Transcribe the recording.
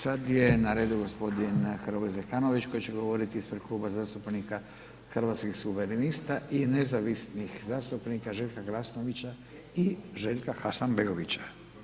Sad je na redu g. Zekanović koji će govoriti ispred Kluba zastupnika Hrvatskih suverenista i nezavisnih zastupnika Željka Glasnovića i Željka Hasanbegovića.